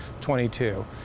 22